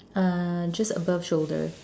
uh just above shoulder